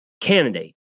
candidate